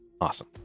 Awesome